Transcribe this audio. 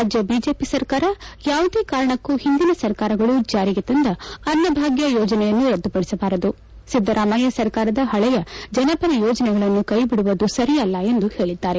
ರಾಜ್ಗ BJP ಸರ್ಕಾರ ಯಾವುದೇ ಕಾರಣಕ್ಕೂ ಹಿಂದಿನ ಸರ್ಕಾರಗಳು ಜಾರಿಗೆ ತಂದ ಅನ್ನ ಭಾಗ್ಯ ಯೋಜನೆಯನ್ನು ರದ್ದುಪಡಿಸಬಾರದು ಸಿದ್ದರಾಮಯ್ತ ಸರ್ಕಾರದ ಪಳೆಯ ಜನಪರ ಯೋಜನೆಗಳನ್ನು ಕೈಬಿಡುವುದು ಸರಿಯಲ್ಲ ಎಂದು ಹೇಳಿದ್ದಾರೆ